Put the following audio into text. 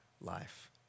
life